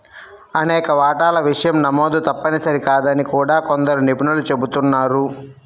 అనేక వాటాల విషయం నమోదు తప్పనిసరి కాదని కూడా కొందరు నిపుణులు చెబుతున్నారు